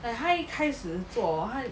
like 他一开始做 orh 他